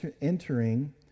entering